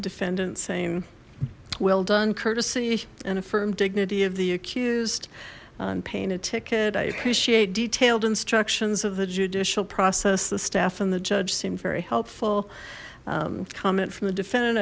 defendant saying well done courtesy and affirm dignity of the accused on paying a ticket i appreciate detailed instructions of the judicial process the staff and the judge seem very helpful comment from the defendant